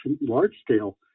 large-scale